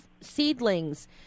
seedlings